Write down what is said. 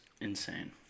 insane